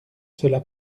cela